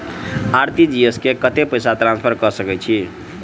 RTGS मे कतेक पैसा ट्रान्सफर कऽ सकैत छी?